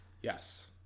Yes